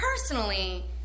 personally